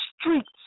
streets